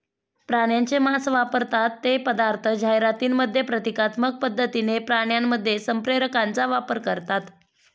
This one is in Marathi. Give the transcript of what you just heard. प्राण्यांचे मांस वापरतात ते पदार्थ जाहिरातींमध्ये प्रतिकात्मक पद्धतीने प्राण्यांमध्ये संप्रेरकांचा वापर करतात